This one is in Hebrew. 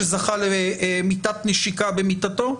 שזכה למיטת נשיקה במיטתו?